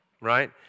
right